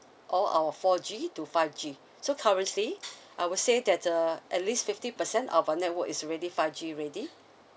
all our four G to five G so currently I will say that the at least fifty percent of our network is already five G ready